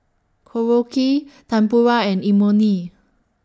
Korokke Tempura and Imoni